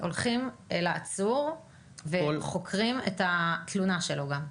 והולכים לעצור וגם חוקרים את התלונה שלו.